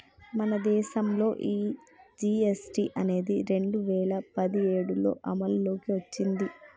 మన దేసంలో ఈ జీ.ఎస్.టి అనేది రెండు వేల పదిఏడులో అమల్లోకి ఓచ్చింది